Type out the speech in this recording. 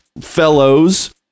fellows